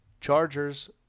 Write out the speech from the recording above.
Chargers